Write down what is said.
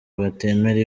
batemera